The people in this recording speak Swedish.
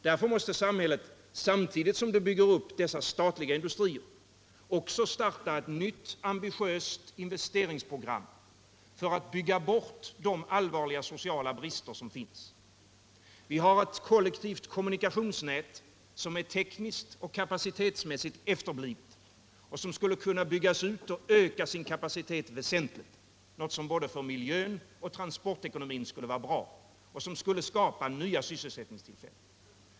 Därför måste samhället, samtidigt som det bygger upp dessa statliga industrier, också starta ett nytt ambitiöst investeringsprogram för att bygga bort de allvarliga sociala brister som finns. Vi har ett kollektivt kommunikationsnät som är tekniskt och kapacitetsmässigt efterblivet och som skulle kunna byggas ut och öka sin kapacitet väsentligt, något som både för miljön och för transportekonomin skulle vara bra, som skulle skapa nya sysselsättningstillfällen.